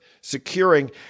securing